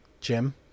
Jim